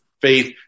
faith